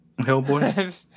Hellboy